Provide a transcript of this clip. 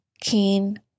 keen